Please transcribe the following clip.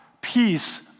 peace